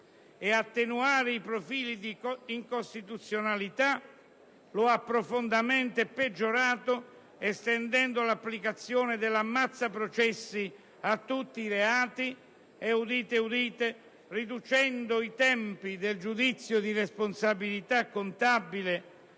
ed attenuarne i profili di incostituzionalità, lo ha profondamente peggiorato, estendendo l'applicazione del cosiddetto ammazzaprocessi a tutti i reati e - udite udite! - riducendo i tempi del giudizio per responsabilità contabile,